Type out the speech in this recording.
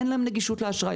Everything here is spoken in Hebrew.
אין להם נגישות לאשראי,